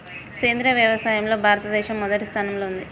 సేంద్రియ వ్యవసాయంలో భారతదేశం మొదటి స్థానంలో ఉంది